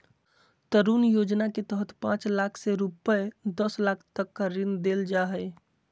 तरुण योजना के तहत पांच लाख से रूपये दस लाख तक का ऋण देल जा हइ